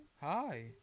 Hi